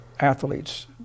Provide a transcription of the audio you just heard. athletes